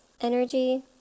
energy